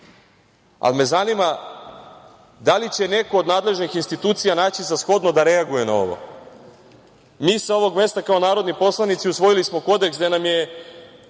ali me zanima da li će neko od nadležnih institucija naći za shodno da reaguje na ovo? Mi sa ovog mesta, kao narodni poslanici usvojili smo Kodeks gde nam je